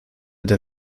der